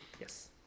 yes